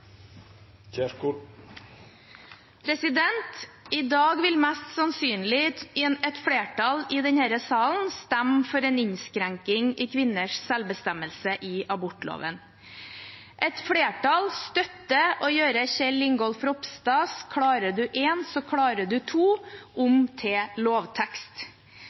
innlegg. I dag vil mest sannsynlig et flertall i denne salen stemme for en innskrenking av kvinners selvbestemmelse i abortloven. Et flertall støtter å gjøre Kjell Ingolf Ropstads ord om at klarer du én, så klarer du to, om til lovtekst.